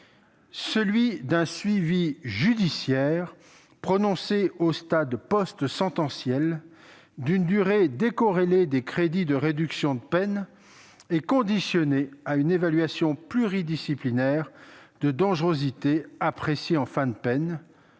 celui d'un suivi judiciaire prononcé au stade postsentenciel, d'une durée décorrélée des crédits de réduction de peine et d'un prononcé conditionné à une évaluation pluridisciplinaire de dangerosité appréciée en fin de peine